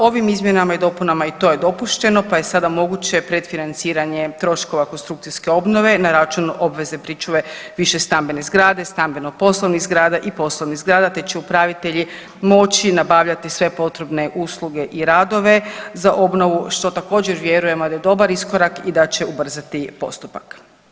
Ovim izmjenama i dopunama i to je dopušteno, pa je sada moguće predfinanciranje troškova konstrukcijske obnove na račun obvezne pričuve višestambene zgrade, stambeno-poslovnih zgrada i poslovnih zgrada te će upravitelji moći nabavljati sve potrebne usluge i radove za obnovu, što također, vjerujemo da je dobar iskorak i da će ubrzati postupak.